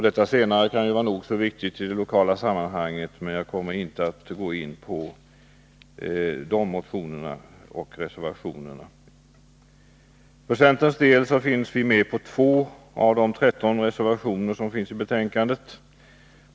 Detta senare kan vara nog så viktigt i de lokala sammanhangen, men jag kommer inte att gå in på de motionerna och reservationerna. Centern finns här med på 2 av de 13 reservationer som finns i betänkandet.